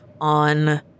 on